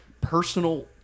personal